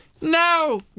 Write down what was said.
No